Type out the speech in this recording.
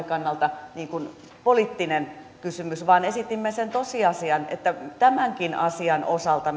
kannalta poliittinen kysymys vaan esitimme sen tosiasian että tämänkin asian osalta